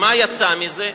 מה יצא מזה?